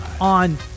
on